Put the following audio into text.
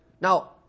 Now